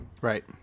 Right